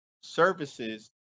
services